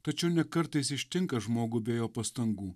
tačiau ne kartais ištinka žmogų be jo pastangų